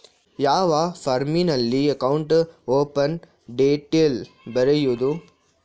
ಯಾವ ಫಾರ್ಮಿನಲ್ಲಿ account open detail ಬರೆಯುವುದು?